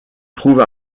trouve